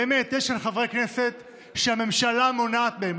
באמת יש כאן חברי כנסת שהממשלה מונעת מהם,